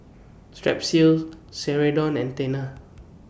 Strepsils Ceradan and Tena